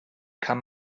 kann